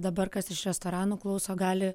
dabar kas iš restoranų klauso gali